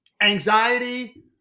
anxiety